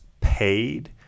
paid